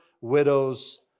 widows